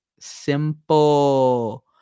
simple